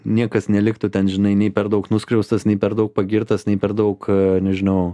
niekas neliktų ten žinai nei per daug nuskriaustas nei per daug pagirtas nei per daug nežinau